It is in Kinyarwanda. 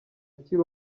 akiri